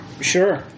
Sure